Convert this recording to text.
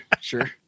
sure